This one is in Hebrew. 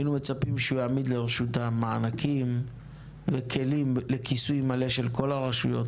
היינו מצפים שהוא יעמיד לרשותם מענקים ולכיסוי מלא של הרשויות,